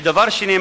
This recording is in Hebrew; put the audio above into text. ודבר שני,